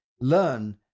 learn